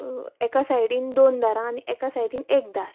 एका सायडीन दोन दारां आनी एक सायडीन एक दार